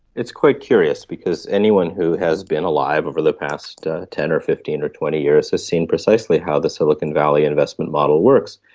it's quite curious because anyone who has been alive over the past ten or fifteen or twenty years has seen precisely how the silicon valley investment model works.